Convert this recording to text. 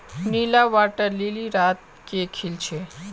नीला water lily रात के खिल छे